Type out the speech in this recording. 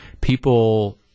people –